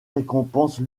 récompense